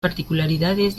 particularidades